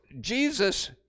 Jesus